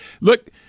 Look